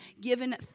given